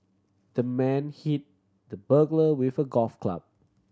the man hit the burglar with a golf club